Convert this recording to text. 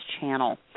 channel